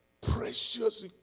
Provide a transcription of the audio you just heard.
precious